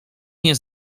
nie